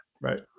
Right